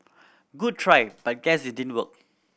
good try but guess it didn't work